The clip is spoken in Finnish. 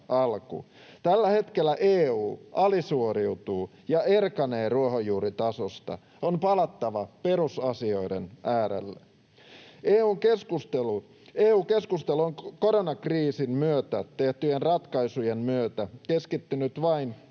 Tällä hetkellä EU alisuoriutuu ja erkanee ruohonjuuritasosta. On palattava perusasioiden äärelle. EU-keskustelu on koronakriisin myötä tehtyjen ratkaisujen myötä keskittynyt vain yhteen